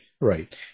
Right